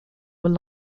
were